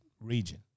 region